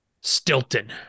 Stilton